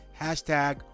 Hashtag